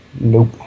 nope